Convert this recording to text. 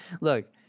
look